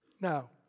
Now